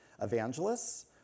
evangelists